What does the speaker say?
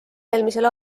eelmisel